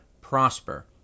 prosper